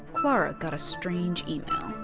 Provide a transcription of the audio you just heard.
clara got a strange email.